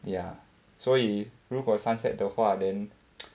ya 所以如果 sunset 的话 then